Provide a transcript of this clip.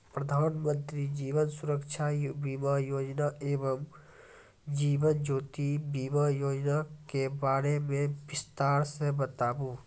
प्रधान मंत्री जीवन सुरक्षा बीमा योजना एवं जीवन ज्योति बीमा योजना के बारे मे बिसतार से बताबू?